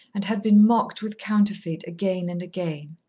and had been mocked with counterfeit again and again.